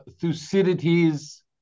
Thucydides